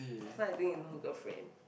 so I think he no girlfriend